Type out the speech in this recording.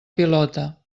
pilota